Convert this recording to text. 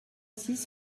six